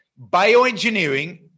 bioengineering